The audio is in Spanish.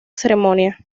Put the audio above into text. ceremonia